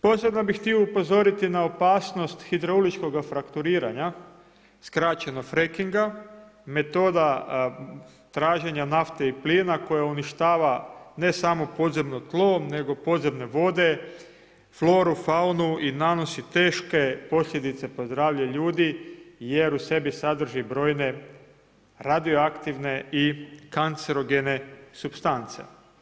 Posebno bih htio upozoriti na opasnost hidrauličnog frakturiranja, skraćeno fracking, metoda traženja nafte i plina koja uništava ne samo podzemno tlo nego podzemne vode, floru, faunu i nanosi teške posljedice po zdravlje ljudi jer u sebi sadrži brojne radioaktivno i kancerogene supstance.